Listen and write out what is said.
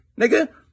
nigga